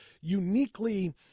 uniquely